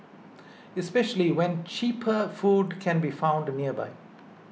especially when cheaper food can be found nearby